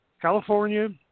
California